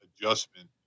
adjustment